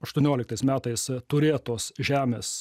aštuonioliktais metais turėtos žemės